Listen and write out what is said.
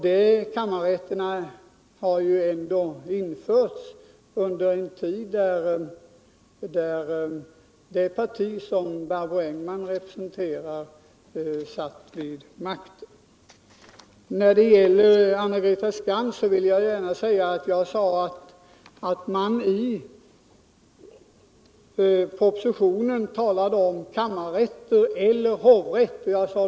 Vid kammarrätterna infördes ju ändå denna medverkan under den tid då det parti som Barbro Engman representerar satt vid regeringsmakten. För Anna-Greta Skantz vill jag gärna påpeka att jag sade att man i propositionen talar om kammarrätt eller hovrätt.